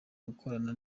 gukorana